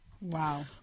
Wow